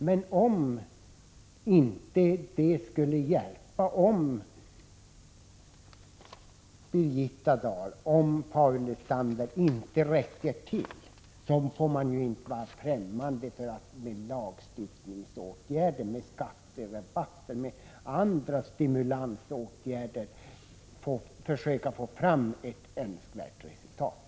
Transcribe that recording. Men om inte detta skulle hjälpa — om Birgitta Dahl och Paul Lestander inte räcker till — då får man inte vara främmande för att med lagstiftningsåtgärder eller med skatterabatter och andra stimulansåtgärder försöka få fram ett önskvärt resultat.